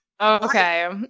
okay